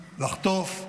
לחטוף,